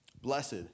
blessed